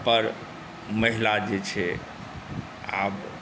पर महिला जे छै आब